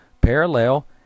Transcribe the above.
parallel